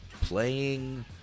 playing